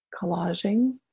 collaging